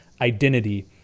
identity